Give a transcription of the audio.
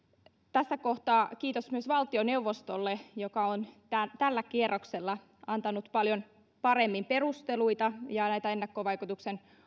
tässä kohtaa kiitos myös valtioneuvostolle joka on tällä kierroksella antanut paljon paremmin perusteluita ja vaikutusten